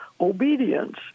obedience